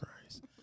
Christ